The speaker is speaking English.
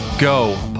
Go